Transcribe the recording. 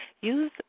Use